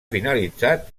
finalitzat